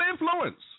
Influence